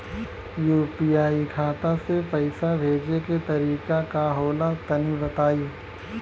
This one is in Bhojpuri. यू.पी.आई खाता से पइसा भेजे के तरीका का होला तनि बताईं?